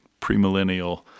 premillennial